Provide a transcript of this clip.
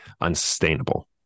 unsustainable